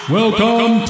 Welcome